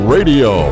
Radio